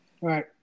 Right